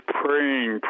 praying